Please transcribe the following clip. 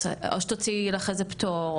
או שתוציאי לך איזה פטור,